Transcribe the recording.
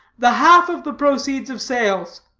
the half of the proceeds of sales.